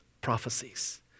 prophecies